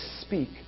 speak